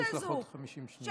יש לך עוד 50 שניות.